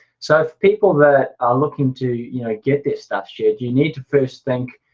so, if people that are looking to you know get their stuff shared, you need to first think